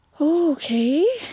Okay